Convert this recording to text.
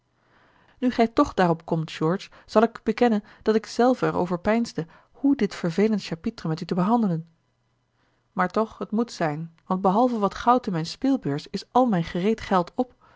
nu ge toch daarop komt george zal ik u bekennen dat ik zelve er over peinsde hoe dit vervelend chapitre met u te behandelen maar toch het moet zijn want behalve wat goud in mijne speelbeurs is al mijn gereed geld op